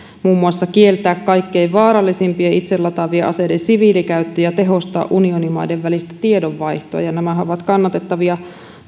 muun muassa kieltää kaikkein vaarallisimpien itselataavien aseiden siviilikäyttö ja tehostaa unionimaiden välistä tiedonvaihtoa ja nämähän ovat kannatettavia